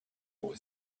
boy